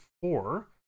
four